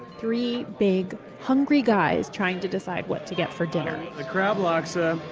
three big, hungry guys trying to decide what to get for dinner the crab laksa,